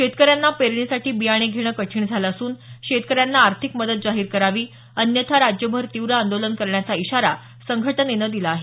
शेतकऱ्यांना पेरणीसाठी बियाणे घेणं कठीण झालं असून शेतकऱ्यांना आर्थिक मदत जाहीर करावी अन्यथा राज्यभर तीव्र आंदोलन करण्याचा इशारा संघटनेनं दिला आहे